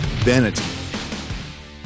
vanity